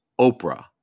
Oprah